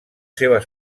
seves